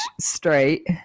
straight